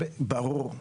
ברור.